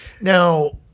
Now